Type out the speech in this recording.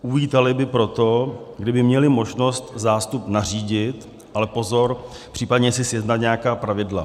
Uvítali by proto, kdyby měli možnost zástup nařídit, ale pozor, případně si sjednat nějaká pravidla.